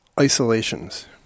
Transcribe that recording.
isolations